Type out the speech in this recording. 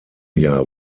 jahr